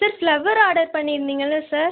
sir flower order பண்ணியிருந்திங்கல்ல sir